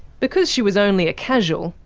because she was only a casual,